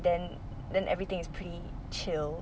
then then everything is pretty chill